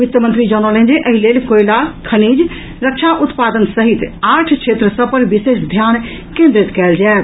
वित्त मंत्री जनौलनि जे एहि लेल कोयला खनिज रक्षा उत्पादन सहित आठ क्षेत्र सभ पर विशेष ध्यान केंद्रित कयल जायत